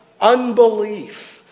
unbelief